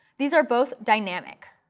these are both dynamic.